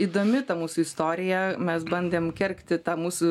įdomi ta mūsų istorija mes bandėm kergti tą mūsų